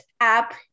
app